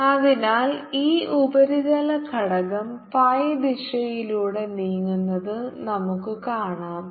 rsinθω അതിനാൽ ഈ ഉപരിതല ഘടകം ഫൈ ദിശയിലൂടെ നീങ്ങുന്നത് നമുക്ക് കാണാം